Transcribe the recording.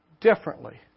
differently